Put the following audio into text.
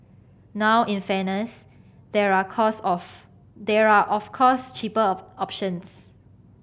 now in fairness there are course of there are of course cheaper options